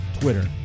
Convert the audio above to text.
Twitter